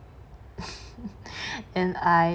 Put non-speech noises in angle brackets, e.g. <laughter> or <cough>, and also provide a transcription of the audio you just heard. <laughs> and I